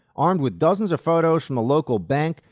armed with dozens of photos from a local bank,